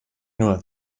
nur